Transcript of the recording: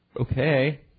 okay